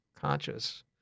conscious